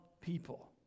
people